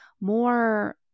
more